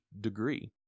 degree